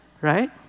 Right